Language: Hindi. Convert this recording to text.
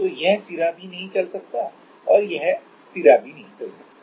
तो यह सिरा भी नहीं चल सकता और यह सिरा भी नहीं चल सकता